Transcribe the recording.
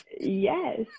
Yes